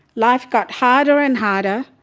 life got harder and harder,